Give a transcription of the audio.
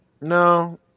No